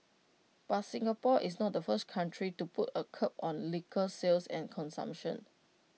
but Singapore is not the first country to put A curb on liquor sales and consumption